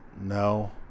no